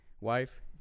wife